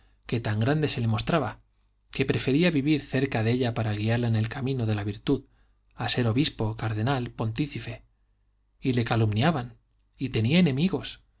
que tan grande se le mostraba que prefería vivir cerca de ella para guiarla en el camino de la virtud a ser obispo cardenal pontífice y le calumniaban y tenía enemigos